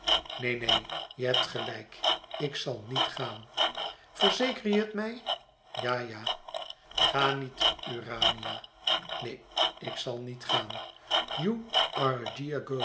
neen neen je hebt gelijk ik zal niet gaan verzeker je het mij ja ja ga niet urania neen ik zal niet gaan